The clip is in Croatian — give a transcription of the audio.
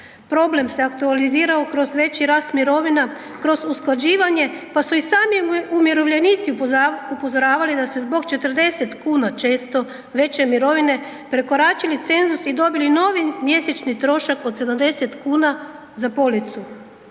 Problem se aktualizirao kroz veći rast mirovina kroz usklađivanje, pa su i sami umirovljenici upozoravali da se zbog 40,00 kn često veće mirovine prekoračili cenzus i dobili novi mjesečni trošak od 70,00 kn za policu.